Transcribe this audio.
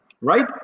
right